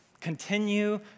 continue